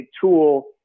tool